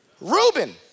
Reuben